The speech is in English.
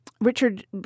Richard